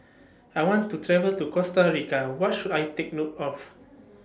I want to travel to Costa Rica What should I Take note of